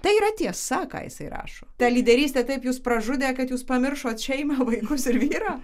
tai yra tiesa ką jisai rašo ta lyderystė taip jus pražudė kad jūs pamiršot šeimą vaikus ir vyrą